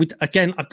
again